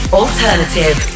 alternative